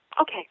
Okay